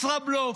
ישראבלוף.